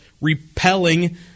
repelling